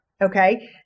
okay